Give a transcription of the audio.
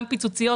גם פיצוציות,